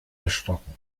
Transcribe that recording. erschrocken